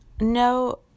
No